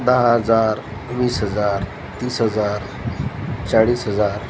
दहा हजार वीस हजार तीस हजार चाळीस हजार